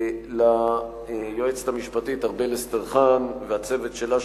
וליועצת המשפטית ארבל אסטרחן ולצוות שלה,